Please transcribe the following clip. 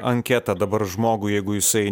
anketą dabar žmogui jeigu jisai